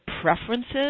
preferences